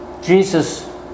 Jesus